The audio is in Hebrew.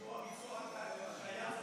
שיעור הביצוע היה,